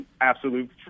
absolute